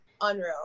unreal